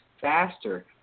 faster